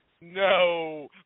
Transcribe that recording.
No